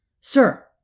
Sir